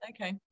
okay